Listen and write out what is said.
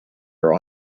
are